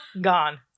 gone